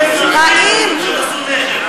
על-ידי אזרחים שנשאו נשק.